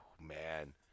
man